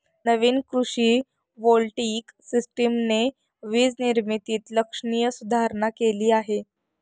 नवीन कृषी व्होल्टेइक सिस्टमने वीज निर्मितीत लक्षणीय सुधारणा केली आहे